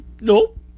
Nope